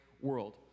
world